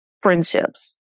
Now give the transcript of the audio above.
friendships